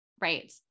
Right